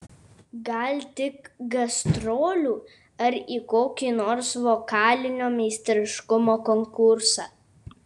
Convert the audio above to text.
gal tik gastrolių ar į kokį nors vokalinio meistriškumo konkursą